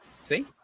See